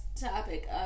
topic